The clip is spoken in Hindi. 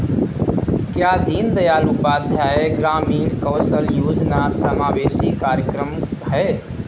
क्या दीनदयाल उपाध्याय ग्रामीण कौशल योजना समावेशी कार्यक्रम है?